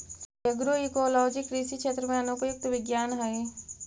agroecology कृषि क्षेत्र में अनुप्रयुक्त विज्ञान हइ